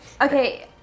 Okay